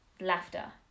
laughter